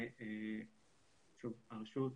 הרשות,